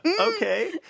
Okay